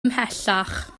ymhellach